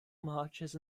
marshes